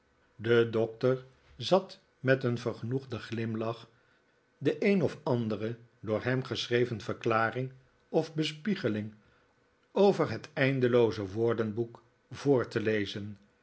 de doctor zat met een vergenoegden glimlach de een of ander re door hem geschreven verklaring of bespiegeling over het eindelooze woordenboek voor te lezen